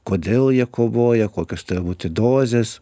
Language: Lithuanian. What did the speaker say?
kodėl jie kovoja kokios turi būti dozės